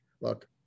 Look